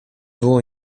było